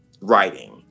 writing